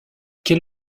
quel